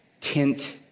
tint